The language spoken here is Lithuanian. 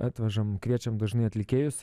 atvežame kviečiam dažnai atlikėjus